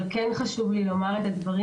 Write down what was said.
חשוב לי לומר את זה,